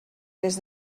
des